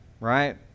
Right